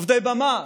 עובדי במה.